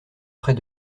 près